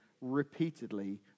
repeatedly